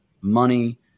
money